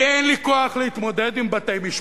כי אין לי כוח להתמודד עם בתי-משפט,